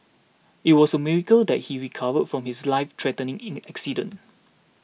it was a miracle that he recovered from his lifethreatening in accident